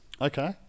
Okay